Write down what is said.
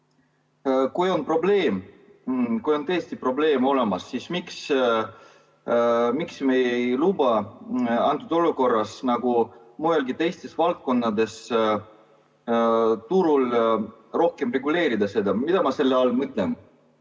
tõesti probleem olemas, siis miks me ei luba antud olukorras, nagu mujalgi, teistes valdkondades, turul seda rohkem reguleerida? Mida ma selle all mõtlen?